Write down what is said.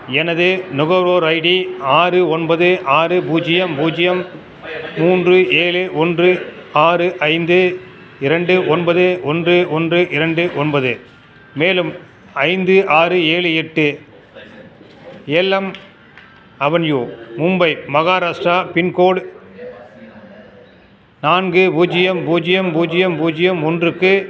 எனது நுகர்வோர் ஐடி ஆறு ஒன்பது ஆறு பூஜ்ஜியம் பூஜ்ஜியம் மூன்று ஏழு ஒன்று ஆறு ஐந்து இரண்டு ஒன்பது ஒன்று ஒன்று இரண்டு ஒன்பது மேலும் ஐந்து ஆறு ஏழு எட்டு LM avenue Mumbai Maharashtra pin code நான்கு பூஜ்ஜியம் பூஜ்ஜியம் பூஜ்ஜியம் பூஜ்ஜியம் ஒன்றுக்கு